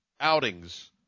outings